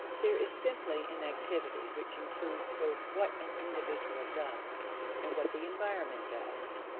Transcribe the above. there is simply an activity which includes both what an individual does and what the environment does.